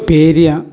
പേരിയ